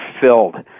filled